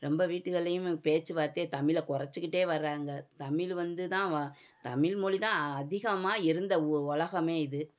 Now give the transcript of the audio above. ரொம்ப வீட்டுகள்லியும் பேச்சு வார்த்தையை தமிழை கொறைச்சிக்கிட்டே வர்றாங்க தமிழ் வந்து தான் வா தமிழ் மொழி தான் அ அதிகமாக இருந்த ஒ உலகமே இது